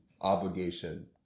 obligation